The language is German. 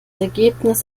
ergebnis